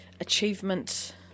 achievement